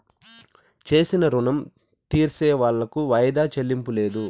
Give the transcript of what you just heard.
చేసిన రుణం తీర్సేవాళ్లకు వాయిదా చెల్లింపు లేదు